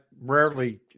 rarely